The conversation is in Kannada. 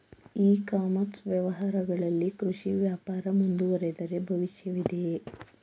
ಇ ಕಾಮರ್ಸ್ ವ್ಯವಹಾರಗಳಲ್ಲಿ ಕೃಷಿ ವ್ಯಾಪಾರ ಮುಂದುವರಿದರೆ ಭವಿಷ್ಯವಿದೆಯೇ?